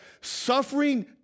suffering